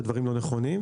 זה דברים לא נכונים,